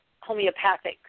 homeopathic